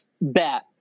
Bet